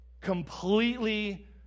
completely